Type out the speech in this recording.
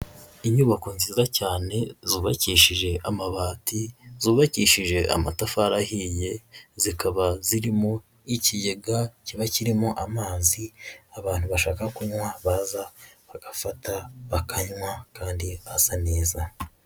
Inyubako nziza cyane zubakishije amabati, zubakishije amatafari ahiye, zikaba zirimo ikigega kiba kirimo amazi abantu bashaka kunywa baza bagafata bakanywa kandi asa neza.